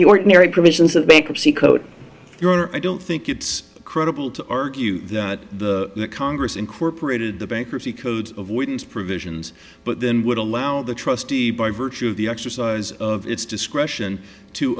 the ordinary provisions of bankruptcy code i don't think it's credible to argue that the congress incorporated the bankruptcy code avoidance provisions but then would allow the trustee by virtue of the exercise of its discretion to